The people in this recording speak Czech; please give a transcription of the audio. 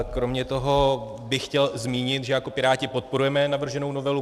Kromě toho bych chtěl zmínit, že jako Piráti podporujeme navrženou novelu.